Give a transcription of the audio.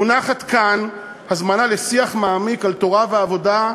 מונחת כאן הזמנה לשיח מעמיק על תורה ועבודה,